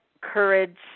courage